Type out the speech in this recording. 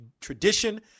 tradition